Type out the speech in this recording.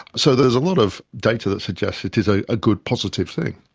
so there's a lot of data that suggests it is ah a good, positive thing.